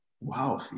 Wow